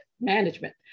management